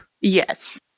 Yes